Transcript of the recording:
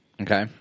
Okay